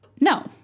No